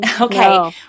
Okay